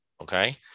okay